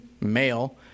male